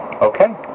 okay